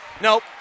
Nope